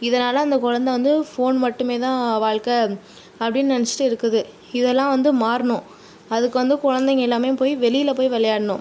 இதனால் அந்த குழந்தை வந்து ஃபோன் மட்டுமே தான் வாழ்க்கை அப்படி நினைச்சிட்டு இருக்குது இதெல்லாம் வந்து மாறணும் அதுக்கு வந்து குழந்தைங்க எல்லாமே போய் வெளியில் போய் விளையாடணும்